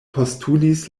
postulis